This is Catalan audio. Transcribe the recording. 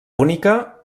única